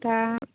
दा